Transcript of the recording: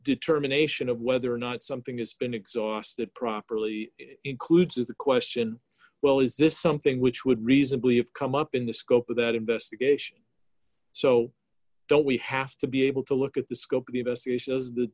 determination of whether or not something has been exhausted properly d includes of the question well is this something which would reasonably have come up in the scope of that investigation so don't we have to be able to look at the